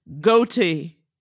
goatee